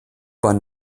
bahn